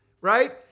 Right